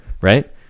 right